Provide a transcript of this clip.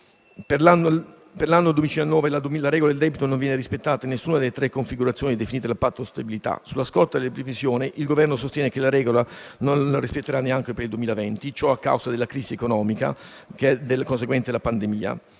per l'anno 2019 la regola del debito non viene rispettata in nessuna delle tre configurazioni definite dal patto di stabilità e crescita; sulla scorta delle previsioni, il Governo sostiene che la regola non la rispetterà neanche per 2020 a causa della crisi economica conseguente alla pandemia.